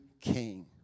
king